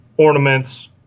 Ornaments